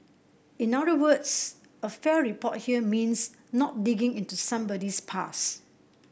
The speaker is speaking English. in other words a fair report here means not digging into somebody's past